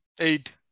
eight